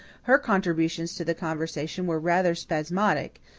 her contributions to the conversation were rather spasmodic,